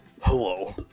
Hello